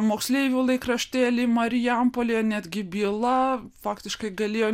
moksleivių laikraštėlį marijampolėje netgi bylą faktiškai galėjo